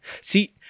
see